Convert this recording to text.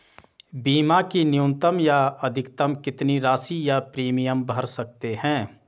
बीमा की न्यूनतम या अधिकतम कितनी राशि या प्रीमियम भर सकते हैं?